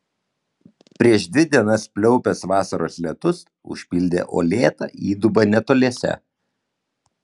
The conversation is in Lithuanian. prieš dvi dienas pliaupęs vasaros lietus užpildė uolėtą įdubą netoliese